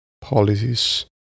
policies